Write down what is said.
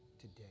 today